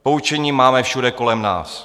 Poučení máme všude kolem nás.